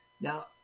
now